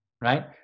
right